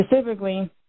specifically